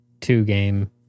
two-game